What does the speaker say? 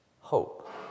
hope